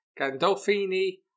Gandolfini